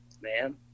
man